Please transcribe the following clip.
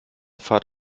fahrt